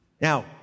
Now